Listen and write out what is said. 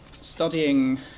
studying